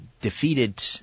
defeated